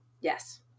Yes